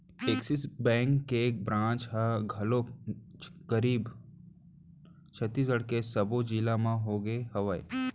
Axis bank के branch ह घलोक करीब छत्तीसगढ़ के सब्बो जिला मन होगे हवय